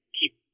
keep